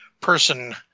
person